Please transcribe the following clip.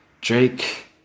Drake